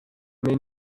may